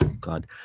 god